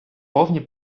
повні